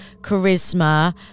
charisma